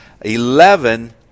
eleven